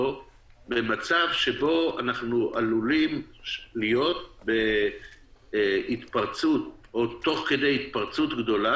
במצב שבו אנחנו עלולים להיות בהתפרצות או תוך כדי התפרצות גדולה